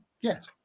Yes